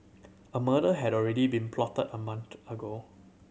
a murder had already been plotted a month ago